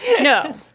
no